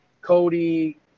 Cody